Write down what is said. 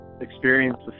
experience